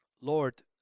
Lord